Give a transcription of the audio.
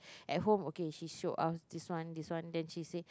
at home okay she show us this one this one then she say